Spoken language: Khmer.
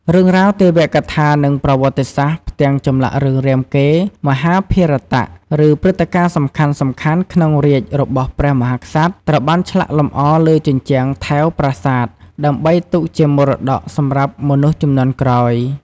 រឿងរ៉ាវទេវកថា និងប្រវត្តិសាស្ត្រ ផ្ទាំងចម្លាក់រឿងរាមកេរ្តិ៍ មហាភារតៈ ឬព្រឹត្តិការណ៍សំខាន់ៗក្នុងរាជ្យរបស់ព្រះមហាក្សត្រ ត្រូវបានឆ្លាក់លម្អលើជញ្ជាំងថែវប្រាសាទ ដើម្បីទុកជាមរតកសម្រាប់មនុស្សជំនាន់ក្រោយ។